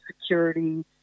security